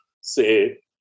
say